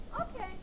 Okay